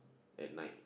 at night